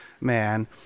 man